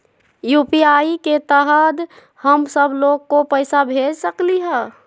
UPI के तहद हम सब लोग को पैसा भेज सकली ह?